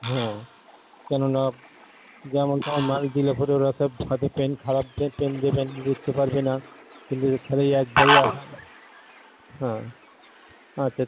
হ্যাঁ কেননা যেমন সব মাল দিলে পরে ওরা সব হয়তো পেন খারাপ পে পেন দেবেন লিখতে পারবে না কিন্তু ফের এই একবারই আসা হ্যাঁ আচ্ছা